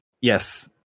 Yes